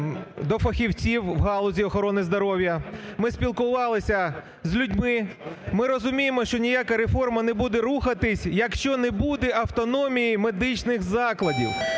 до фахівців в галузі охорони здоров'я. Ми спілкувалися з людьми. Ми розуміємо, що ніяка реформа не буде рухатись, якщо не буде автономії медичних закладів.